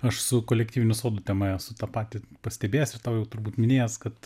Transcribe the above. aš su kolektyvinių sodų tema esu tą patį pastebėjęs ir tau jau turbūt minėjęs kad